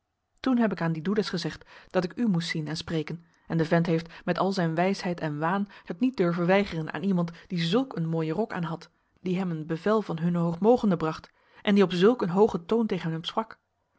toen heb ik aan dien doedes gezegd dat ik u moest zien en spreken en de vent heeft met al zijn wijsheid en waan het niet durven weigeren aan iemand die zulk een mooien rok aan had die hem een bevel van h h m m bracht en die op zulk een hoogen toon tegen hem sprak